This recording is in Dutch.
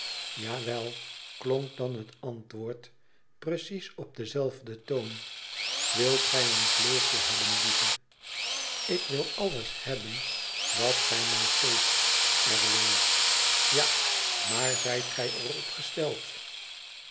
wey klonk dan het antwoord precies op denzelfden toon t wilt gij een vleugeltje hebben lieve ik wil alles hebben wat gij mi geeft r w ja maar zijt gij er op gesteld